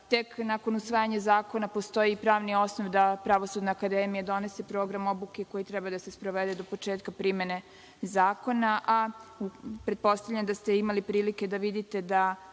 tek nakon usvajanja zakona postoji pravni osnov da Pravosudna akademija donese program obuke koji treba da se sprovede do početka primene zakona, a pretpostavljam da ste imali prilike da vidite da